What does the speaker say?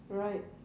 right